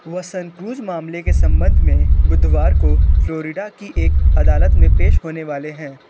वह सनक्रूज़ मामले के संबंध मे बुधवार को फ्लोरिडा की एक अदालत में पेश होने वाले हैं